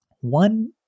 One